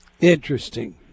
Interesting